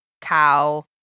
cow